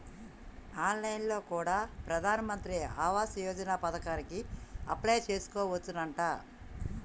on line లో కూడా ప్రధాన్ మంత్రి ఆవాస్ యోజన పథకానికి అప్లై చేసుకోవచ్చునంట